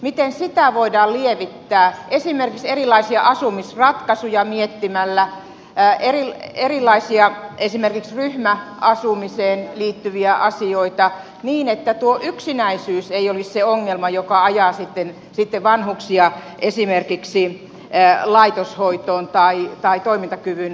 miten sitä voidaan lievittää esimerkiksi erilaisia asumisratkaisuja miettimällä esimerkiksi erilaisia ryhmäasumiseen liittyviä asioita niin että tuo yksinäisyys ei olisi se ongelma joka ajaa sitten vanhuksia esimerkiksi laitoshoitoon tai toimintakyvyn heikkenemiseen